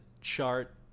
chart